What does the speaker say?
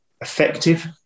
effective